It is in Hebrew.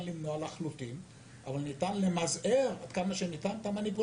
למנוע לחלוטין אבל ניתן למזער את המניפולציות עד כמה שניתן.